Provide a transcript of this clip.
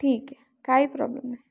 ठीक आहे काही प्रॉब्लेम नाही